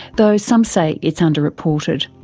though some say it's underreported.